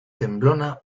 temblona